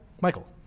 Michael